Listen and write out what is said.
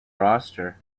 roster